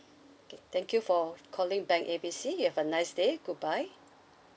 okay thank you for calling bank A B C you have a nice day goodbye